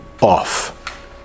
off